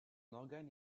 organe